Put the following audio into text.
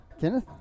Kenneth